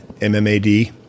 M-M-A-D